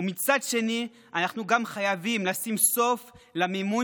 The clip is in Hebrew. ומצד שני אנחנו חייבים לשים סוף גם למימון